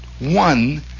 one